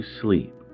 sleep